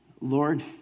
Lord